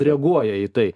reaguoja į tai